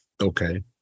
Okay